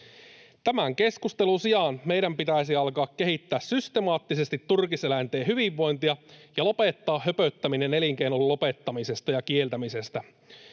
Tämän keskustelun sijaan meidän pitäisi alkaa kehittää systemaattisesti turkiseläinten hyvinvointia ja lopettaa höpöttäminen elinkeinon lopettamisesta ja kieltämisestä.